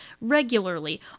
regularly